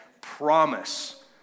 promise